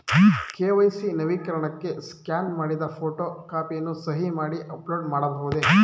KYC ನವೀಕರಣಕ್ಕೆ scan ಮಾಡಿದ photo ಕಾಪಿಯನ್ನು ಸಹಿ ಮಾಡಿ ಅಪ್ಲೋಡ್ ಮಾಡಬಹುದೇ?